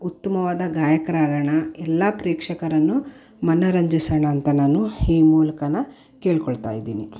ಉತ್ತಮವಾದ ಗಾಯಕರಾಗೋಣ ಎಲ್ಲ ಪ್ರೇಕ್ಷಕರನ್ನು ಮನರಂಜಿಸೋಣ ಅಂತ ನಾನು ಈ ಮೂಲ್ಕ ಕೇಳಿಕೊಳ್ತಾ ಇದೀನಿ